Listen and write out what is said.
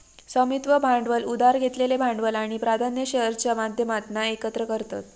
स्वामित्व भांडवल उधार घेतलेलं भांडवल आणि प्राधान्य शेअर्सच्या माध्यमातना एकत्र करतत